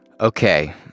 Okay